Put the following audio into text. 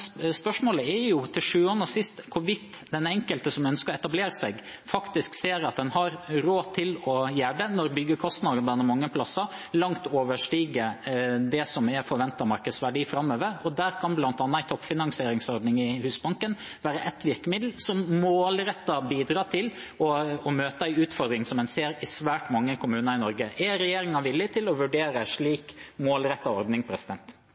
Spørsmålet er jo til sjuende og sist hvorvidt den enkelte som ønsker å etablere seg, faktisk ser at en har råd til å gjøre det når byggekostnadene mange plasser langt overstiger det som er forventet markedsverdi framover. Der kan bl.a. en toppfinansieringsordning i Husbanken være ett virkemiddel, som målrettet bidrar til å møte en utfordring som en ser i svært mange kommuner i Norge. Er regjeringen villig til å vurdere en slik målrettet ordning?